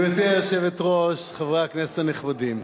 גברתי היושבת-ראש, חברי הכנסת הנכבדים,